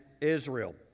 Israel